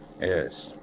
Yes